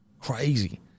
Crazy